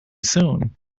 soon